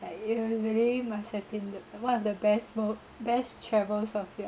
like you know it's really must have been the one of the best mo~ best travels of the year